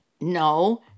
no